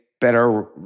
better